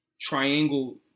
triangle